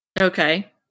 Okay